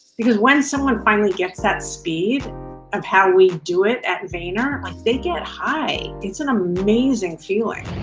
because when someone finally gets that speed of how we do it at vayner, they get high. it's an amazing feeling.